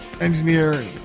engineer